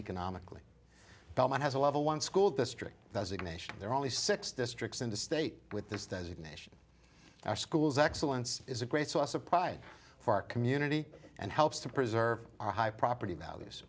economically batman has a level one school district does it nation there are only six districts in the state with this designation our schools excellence is a great source of pride for our community and helps to preserve our high property values